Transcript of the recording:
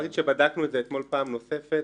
בדקנו את זה אתמול פעם נוספת.